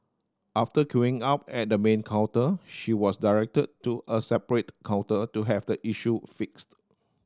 after queuing up at the main counter she was directed to a separate counter to have the issue fixed